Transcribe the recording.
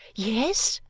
yes,